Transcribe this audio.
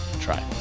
try